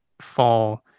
fall